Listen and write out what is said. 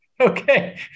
Okay